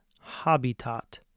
habitat